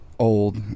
old